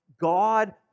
God